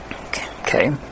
Okay